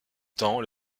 temps